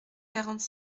quarante